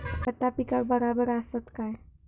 खता पिकाक बराबर आसत काय?